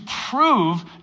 prove